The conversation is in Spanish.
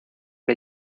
que